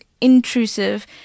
intrusive